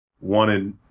wanted